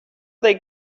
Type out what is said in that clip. they